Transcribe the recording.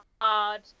hard